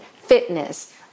fitness